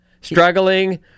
Struggling